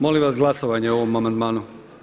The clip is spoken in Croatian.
Molim vas glasovanje o ovom amandmanu.